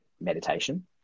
meditation